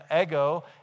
ego